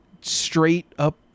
straight-up